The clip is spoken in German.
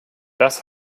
das